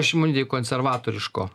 šimonytei konservatoriško